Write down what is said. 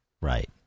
right